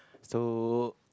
so